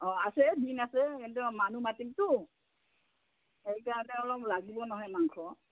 অঁ আছে দিন আছে কিন্তু মানুহ মাতিমতো সেইকাৰণে অলপ লাগিব নহয় মাংস